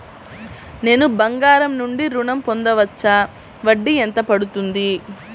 నేను బంగారం నుండి ఋణం పొందవచ్చా? వడ్డీ ఎంత పడుతుంది?